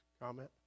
comment